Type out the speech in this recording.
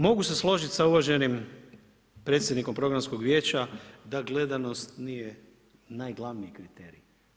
Mogu se složit sa uvaženim predsjednikom Programskog vijeća da gledanost nije najglavniji kriterj.